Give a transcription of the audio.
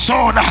Son